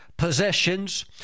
possessions